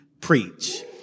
preach